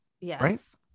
Yes